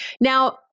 Now